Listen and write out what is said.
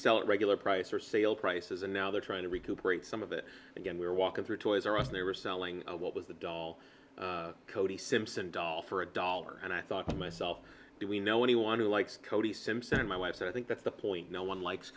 sell at regular price or sale prices and now they're trying to recuperate some of it again we're walking through toys r us they were selling what was the dollar cody simpson doll for a dollar and i thought to myself do we know anyone who likes cody simpson and my wife said i think that's the point no one likes